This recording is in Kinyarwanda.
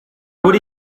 buri